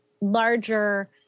larger